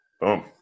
boom